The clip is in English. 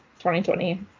2020